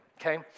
okay